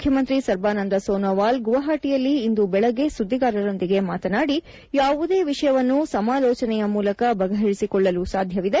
ಮುಖ್ಯಮಂತ್ರಿ ಸರ್ಬಾನಂದ್ ಸೊನೊವಾಲ್ ಗುವಾಹಟಿಯಲ್ಲಿ ಇಂದು ಬೆಳಿಗ್ಗೆ ಸುದ್ದಿಗಾರರೊಂದಿಗೆ ಮಾತನಾಡಿ ಯಾವುದೇ ವಿಷಯವನ್ನು ಸಮಾಲೋಚನೆಯ ಮೂಲಕ ಬಗೆಹರಿಸಿಕೊಳ್ಳಲು ಸಾಧ್ಯವಿದೆ